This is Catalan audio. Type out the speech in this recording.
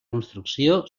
construcció